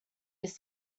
his